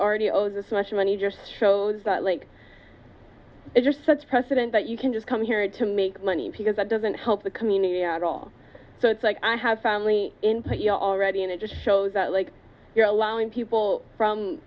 already owes this much money just shows like it's just such a precedent that you can just come here to make money because that doesn't help the community at all so it's like i have family in play here already and it just shows that like you're allowing people from